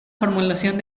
formulación